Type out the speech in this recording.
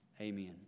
Amen